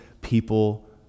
people